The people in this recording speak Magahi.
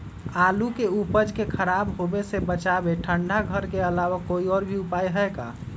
आलू के उपज के खराब होवे से बचाबे ठंडा घर के अलावा कोई और भी उपाय है का?